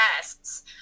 tests